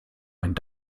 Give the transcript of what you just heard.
einen